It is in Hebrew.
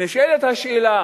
נשאלת השאלה